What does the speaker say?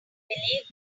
believe